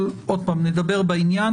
אבל, עוד פעם, נדבר בעניין.